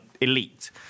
elite